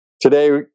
today